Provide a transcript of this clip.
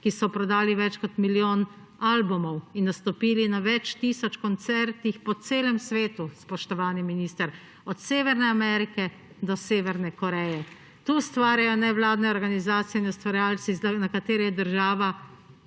ki so prodali več kot milijon albumov in nastopili na več tisoč koncertih po celem svetu, spoštovani minister, od severne Amerike do Severne Koreje. Tu ustvarjajo nevladne organizacije in ustvarjalci, na katere je država